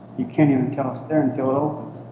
you can't even tell it's there until it ah